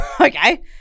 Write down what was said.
okay